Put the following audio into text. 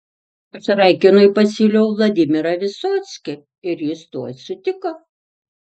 aš raikinui pasiūliau vladimirą visockį ir jis tuoj sutiko